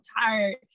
tired